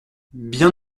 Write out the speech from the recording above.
bien